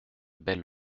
belle